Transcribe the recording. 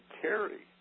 carry